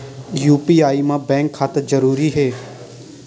UPI मा bank खाता जरूरी हे?